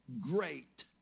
great